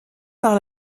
par